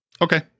Okay